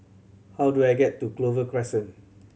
how do I get to Clover Crescent